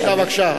בבקשה,